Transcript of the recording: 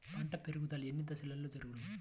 పంట పెరుగుదల ఎన్ని దశలలో జరుగును?